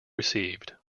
received